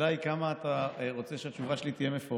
השאלה היא כמה אתה רוצה שהתשובה שלי תהיה מפורטת,